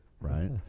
right